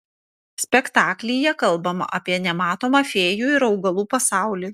spektaklyje kalbama apie nematomą fėjų ir augalų pasaulį